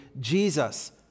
Jesus